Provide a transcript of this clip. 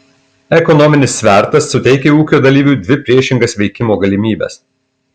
ekonominis svertas suteikia ūkio dalyviui dvi priešingas veikimo galimybes